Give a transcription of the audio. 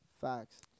Facts